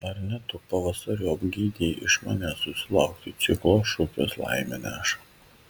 ar ne tu pavasariop geidei iš manęs susilaukti ciklo šukės laimę neša